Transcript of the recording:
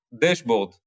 dashboard